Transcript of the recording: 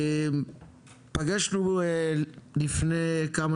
פגשנו לפני כמה